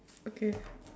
okay